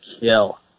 kill